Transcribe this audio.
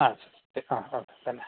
ആ ആ ഓ തന്നെ